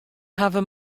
hawwe